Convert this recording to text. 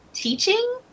teaching